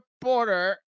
border